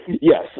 yes